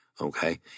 Okay